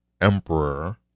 emperor